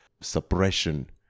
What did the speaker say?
suppression